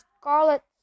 scarlet